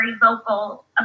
vocal